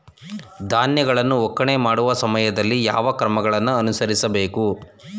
ಧಾನ್ಯಗಳನ್ನು ಒಕ್ಕಣೆ ಮಾಡುವ ಸಮಯದಲ್ಲಿ ಯಾವ ಕ್ರಮಗಳನ್ನು ಅನುಸರಿಸಬೇಕು?